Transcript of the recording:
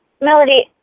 Melody